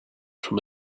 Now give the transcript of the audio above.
from